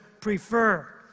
prefer